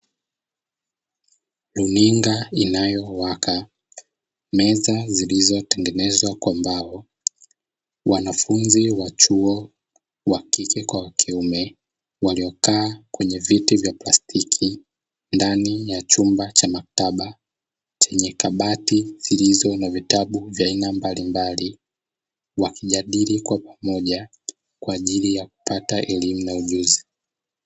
Runinga inayowaka, meza zilizotengenezwa kwa mbao, wanafunzi wa chuo wakike kwa wakiume wamekaa kwenye viti vya plastiki ndani ya chumba cha maktaba chenye kabati zilizo na vitabu vya aina mbalimbaili wakijadili kwa pamoja kwa ajili ya kupata elimu na ujuzi.